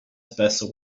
spesso